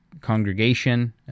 congregation